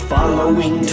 following